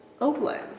Oakland